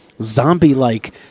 zombie-like